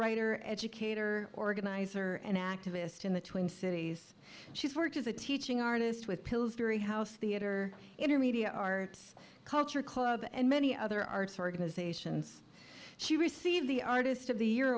writer educator organizer and activist in the twin cities she's worked as a teaching artist with pillsbury house theater intermedia art culture club and many other arts organizations she received the artist of the year